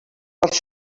els